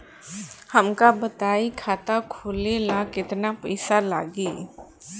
हमका बताई खाता खोले ला केतना पईसा लागी?